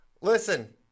listen